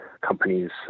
companies